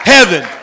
Heaven